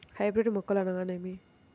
Hybrid మొక్కలు అనగానేమి?